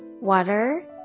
water